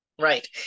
Right